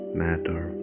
matter